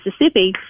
Mississippi